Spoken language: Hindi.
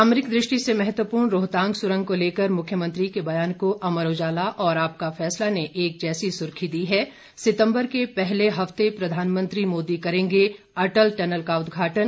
सामरिक दृष्टि से महत्वपूर्ण रोहतांग सुरंग को लेकर मुख्यमंत्री के बयान को अमर उजाला और आपका फैसला ने एक जैसी सुर्खी दी है सितंबर के पहले हफ्ते प्रधानमंत्री मोदी करेंगे अटल टनल का उद्घाटन